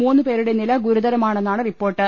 മൂന്ന് പേരുടെ നില ഗുരുതര മാണെന്നാണ് റിപ്പോർട്ട്